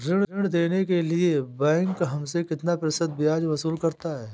ऋण देने के लिए बैंक हमसे कितना प्रतिशत ब्याज वसूल करता है?